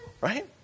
right